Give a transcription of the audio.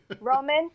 Roman